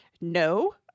no